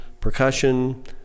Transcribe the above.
percussion